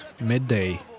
midday